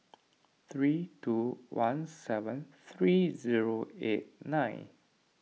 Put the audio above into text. three two one seven three zero eight nine